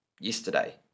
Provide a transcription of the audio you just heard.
yesterday